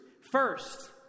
First